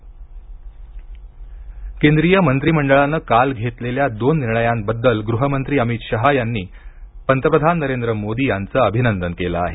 अमित शहा केंद्रीय मंत्रिमंडळानं काल घेतलेल्या दोन निर्णयांबद्दल गृहमंत्री अमित शहा यांनी पंतप्रधान नरेंद्र मोदी यांचं अभिनंदन केलं आहे